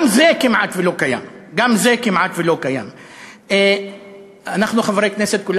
גם זה כמעט לא קיים, גם זה כמעט לא קיים.